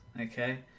Okay